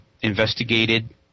investigated